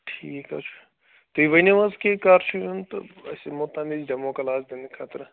ٹھیٖک حظ چھُ تُہۍ ؤنِو حظ کیٚنہہ کَر چھِ یُن تہٕ أسۍ یِمو تَمۍ وِزِ ڈٮ۪مو کلاس دِنہٕ خٲطرٕ